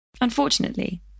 Unfortunately